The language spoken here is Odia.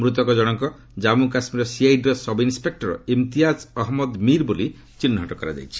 ମୃତକ ଜଣଙ୍କ Jammu Kashmir CID sub inspector Imtiaz Ahmad Mir ବୋଲି ଚିହ୍ନଟ କରାଯାଇଛି